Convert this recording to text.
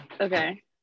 okay